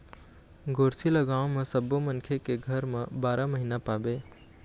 गोरसी ल गाँव म सब्बो मनखे के घर म बारा महिना पाबे